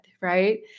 right